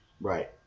Right